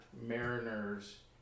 Mariners